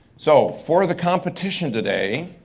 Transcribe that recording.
so for the competition today,